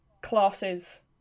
classes